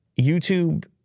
YouTube